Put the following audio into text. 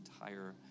entire